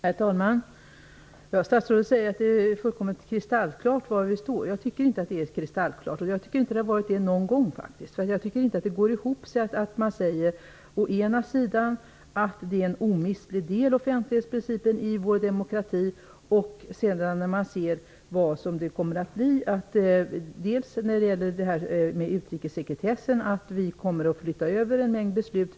Herr talman! Statsrådet säger att det är fullkomligt kristallklart var vi står. Jag tycker inte att det är kristallklart var vi står, och jag tycker faktiskt att det aldrig har varit det. Det hela går inte ihop när man först säger att offentlighetsprincipen är en omistlig del av vår demokrati och sedan, då man ser hur det kommer att bli, säger -- t.ex. när det gäller utrikessekretessen -- att vi kommer att flytta över en mängd beslut.